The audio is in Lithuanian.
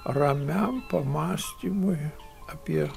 ramiam pamąstymui apie